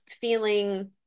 feeling